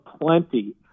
plenty